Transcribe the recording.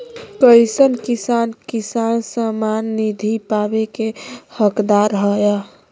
कईसन किसान किसान सम्मान निधि पावे के हकदार हय?